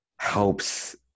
helps